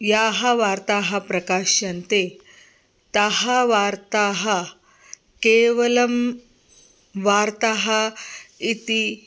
याः वार्ताः प्रकाश्यन्ते ताः वार्ताः केवलं वार्ताः इति